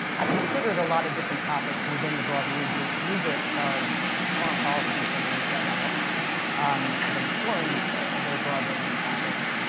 i considered a lot of different topics within the broad rubric rubric of foreign policy from the inside out um because i'm exploring a very broad range of topics.